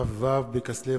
ט"ו בכסלו